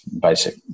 basic